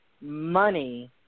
money